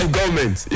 government